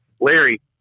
Larry